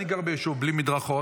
אני גר ביישוב בלי מדרכות,